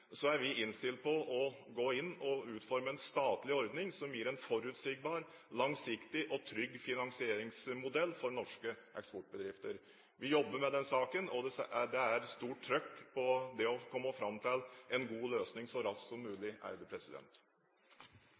er vi innstilt på å gå inn og utforme en statlig ordning som gir en forutsigbar, langsiktig og trygg finansieringsmodell for norske eksportbedrifter. Vi jobber med den saken, og det er stort trykk på det å komme fram til en god løsning så raskt som mulig.